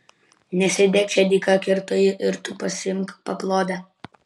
nesėdėk čia dyka kirto ji ir tu pasiimk paklodę